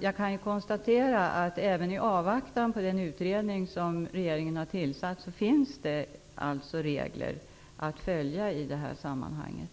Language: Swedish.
Jag kan alltså konstatera att det, även i avvaktan på den utredning som regeringen har tillsatt, finns regler att följa i det här sammanhanget.